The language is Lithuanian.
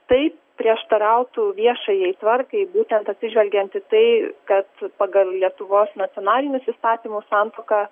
tai prieštarautų viešajai tvarkai būtent atsižvelgiant į tai kad pagal lietuvos nacionalinius įstatymus santuoka